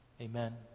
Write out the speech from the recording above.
Amen